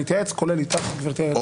אני אתייעץ כולל איתך גברתי היועצת